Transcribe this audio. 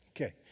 Okay